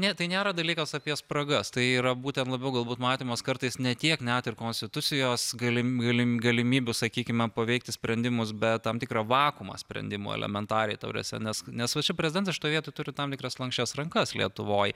ne tai nėra dalykas apie spragas tai yra būtent labiau galbūt matymas kartais ne tiek net ir konstitucijos galim galim galimybių sakykime paveikti sprendimus bet tam tikrą vakuumą sprendimų elementariai ta prasme nes nes va čia prezidentas šitoj vietoj turi tam tikras lanksčias rankas lietuvoj